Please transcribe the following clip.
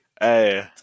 Hey